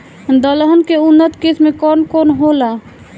दलहन के उन्नत किस्म कौन कौनहोला?